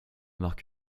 mark